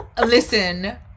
listen